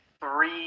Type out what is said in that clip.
three